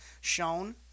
shown